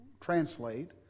translate